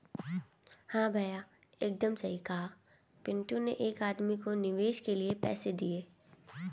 हां भैया एकदम सही कहा पिंटू ने एक आदमी को निवेश के लिए पैसे दिए